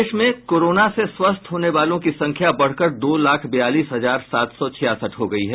प्रदेश में कोरोना से स्वस्थ होने वालों की संख्या बढ़कर दो लाख बयालीस हजार सात सौ छियासठ हो गयी है